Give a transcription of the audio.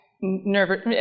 nervous